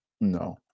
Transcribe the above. no